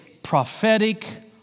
Prophetic